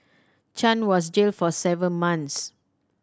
Chan was jailed for seven months